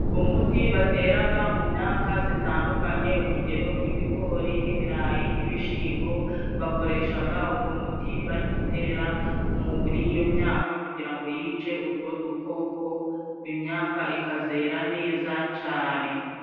Umuti bateraga mu myaka zitandukanye，urugero nk'ibigori n'ibirayi，n'ibishimbo， bakoreshaga ugo muti bari gutera muri iyo myaka，kugira ngo yice utwo dukoko， imyaka ikazera neza cane.